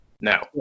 now